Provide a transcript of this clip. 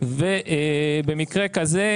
ובמקרה כזה,